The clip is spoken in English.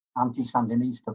anti-sandinista